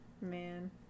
man